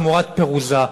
תמורת פירוזה.